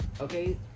okay